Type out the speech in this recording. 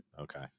okay